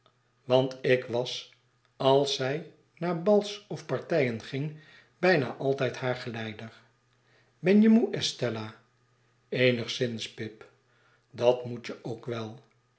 want ik was als zij naar bals of partijen ging bijna altijd haar geleider ben je moe estella eenigszins pip dat moet je ook wel